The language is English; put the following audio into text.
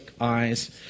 eyes